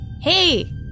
Hey